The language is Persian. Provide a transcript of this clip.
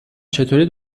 چطوری